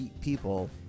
people